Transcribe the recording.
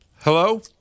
Hello